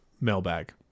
mailbag